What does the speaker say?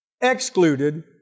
excluded